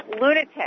lunatic